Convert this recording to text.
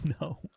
no